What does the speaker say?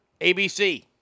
ABC